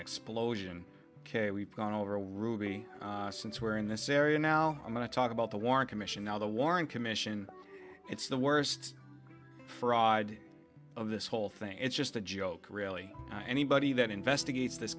explosion ok we've gone over a ruby sin where in this area now i'm going to talk about the warren commission now the warren commission it's the worst fraud of this whole thing it's just a joke really anybody that investigates this